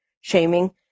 shaming